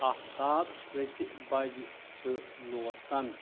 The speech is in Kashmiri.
آفتاب کٔژِ بجِہ چھُ لوسان ؟